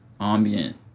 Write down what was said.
ambient